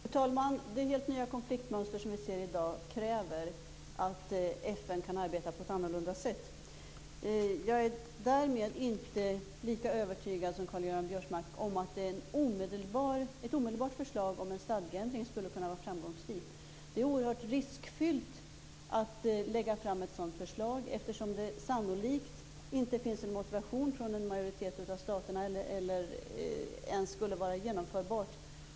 Fru talman! Det helt nya konfliktmönster vi ser i dag kräver att FN kan arbeta på ett annorlunda sätt. Jag är däremot inte lika övertygad som Karl-Göran Biörsmark om att ett omedelbart förslag om en stadgeändring skulle kunna vara framgångsrikt. Det är oerhört riskfyllt att lägga fram ett sådant förslag, eftersom det sannolikt inte finns någon motivation från en majoritet av staterna. Det skulle sannolikt inte ens vara genomförbart.